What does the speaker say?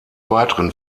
weiteren